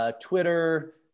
Twitter